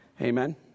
Amen